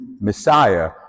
Messiah